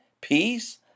peace